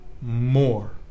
more